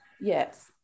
Yes